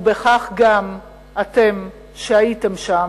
ובכך גם אתם, שהייתם שם,